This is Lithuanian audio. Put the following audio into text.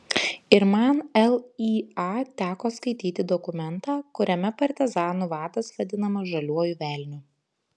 ir man lya teko skaityti dokumentą kuriame partizanų vadas vadinamas žaliuoju velniu